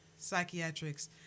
psychiatrics